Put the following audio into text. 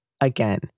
Again